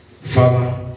Father